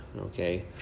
okay